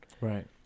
Right